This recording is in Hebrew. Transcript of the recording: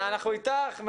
אנחנו איתך.